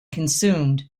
consumed